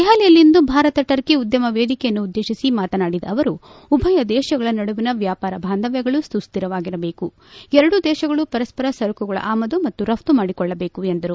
ದೆಹಲಿಯಲ್ಲಿಂದು ಭಾರತ ಟರ್ಕಿ ಉದ್ದಮ ವೇದಿಕೆಯನ್ನುದ್ದೇಶಿಸಿ ಮಾತನಾಡಿದ ಅವರು ಉಭಯ ದೇಶಗಳ ನಡುವಿನ ವ್ಲಾಪಾರ ಬಾಂಧವ್ಲಗಳು ಸುಸ್ತಿರವಾಗಿರಬೇಕು ಎರಡೂ ದೇಶಗಳು ಪರಸ್ಪರ ಸರಕುಗಳ ಆಮದು ಮತ್ತು ರಘ್ತು ಮಾಡಿಕೊಳ್ಳಬೇಕು ಎಂದರು